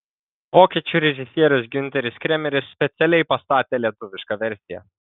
vokiečių režisierius giunteris kremeris specialiai pastatė lietuvišką versiją